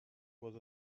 was